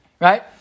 right